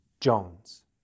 Jones